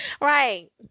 Right